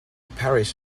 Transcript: parish